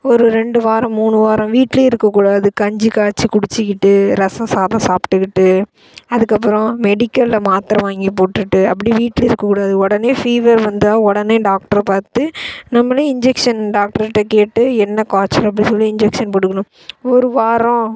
ஒரு ரெண்டு வாரம் மூணு வாரம் வீட்டில் இருக்கக்கூடாது கஞ்சி காய்ச்சி குடிச்சிக்கிட்டு ரசம் சாதம் சாப்பிட்டுக்கிட்டு அதுக்கப்புறம் மெடிக்கலில் மாத்தரை வாங்கி போட்டுட்டு அப்படி வீட்டில் இருக்கக்கூடாது உடனே ஃபீவர் வந்தால் உடனே டாக்ட்ரை பார்த்து நம்மளே இன்ஜெக்ஷன் டாக்டர்கிட்ட கேட்டு என்ன காய்ச்சல் அப்படின்னு சொல்லி இன்ஜெக்ஷன் போட்டுக்கணும் ஒரு வாரம்